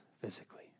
physically